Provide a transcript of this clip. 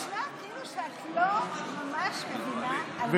זה נשמע כאילו את לא ממש מבינה על מה,